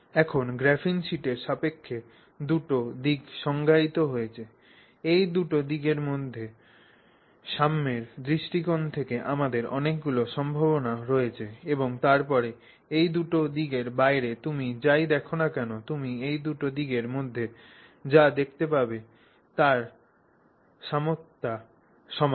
এখন গ্রাফিন শীটের সাপেক্ষে দুটি দিক সংজ্ঞায়িত হয়েছে এই দুটি দিকের মধ্যে সাম্যের দৃষ্টিকোণ থেকে আমাদের অনেকগুলি সম্ভাবনা রয়েছে এবং তারপরে এই দুটি দিকের বাইরে তুমি যাই দেখ না কেন তুমি এই দুটি দিকের মধ্যে যা দেখতে পাবে তার সাম্যতা সমান